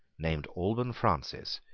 named alban francis,